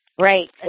Right